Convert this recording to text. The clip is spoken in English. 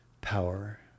power